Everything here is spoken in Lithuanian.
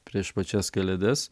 prieš pačias kalėdas